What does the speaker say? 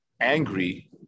angry